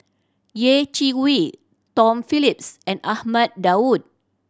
Yeh Chi Wei Tom Phillips and Ahmad Daud